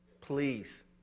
Please